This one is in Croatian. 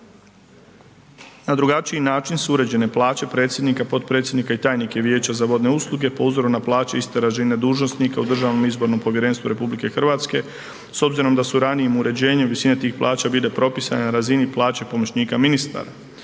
Na drugačiji način su uređene plaće predsjednika, potpredsjednika i tajnike Vijeća za vodne usluge po uzoru na plaće iste razine dužnosnika u Državnom izbornom povjerenstvu RH s obzirom da su ranijim uređenjem visine tih plaća bile propisane na razini plaća pomoćnika ministara.